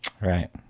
Right